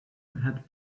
had